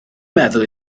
meddwl